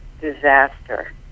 disaster